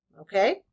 okay